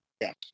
Yes